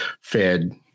Fed